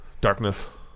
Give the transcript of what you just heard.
Darkness